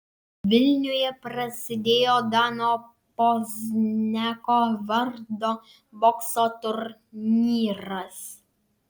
vilniuje prasidėjo dano pozniako vardo bokso turnyras